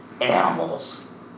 animals